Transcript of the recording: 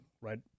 right